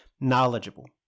knowledgeable